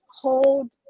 hold